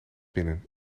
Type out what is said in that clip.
binnen